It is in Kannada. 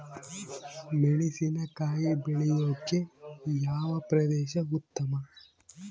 ಮೆಣಸಿನಕಾಯಿ ಬೆಳೆಯೊಕೆ ಯಾವ ಪ್ರದೇಶ ಉತ್ತಮ?